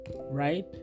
right